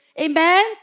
Amen